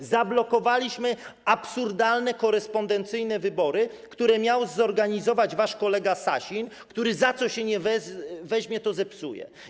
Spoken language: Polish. Samorządy... ...zablokowaliśmy absurdalne korespondencyjne wybory, które miał zorganizować wasz kolega Sasin, który za co się nie weźmie, to zepsuje.